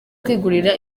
kwigurira